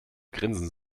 grinsen